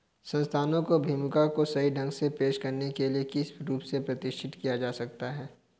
संस्थानों की भूमिका को सही ढंग से पेश करने के लिए किस रूप से प्रतिष्ठित किया जा सकता है?